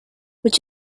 would